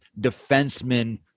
defenseman